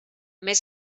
més